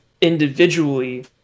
individually